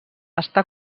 està